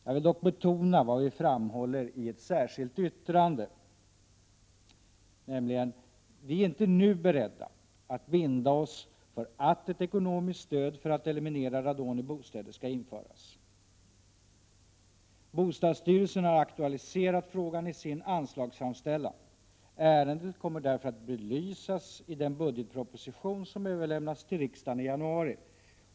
Jag vill dock betona vad vi framhåller i ett särskilt yttrande, nämligen att vi inte nu är beredda att binda oss för att ett ekonomiskt stöd för att eliminera radon i bostäder skall införas. Bostadsstyrelsen har aktualiserat frågan i sin anslagsframställan. Ärendet kommer därför att belysas i den budgetproposition som överlämnas till riksdagen i januari.